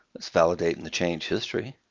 let's validate in the change history.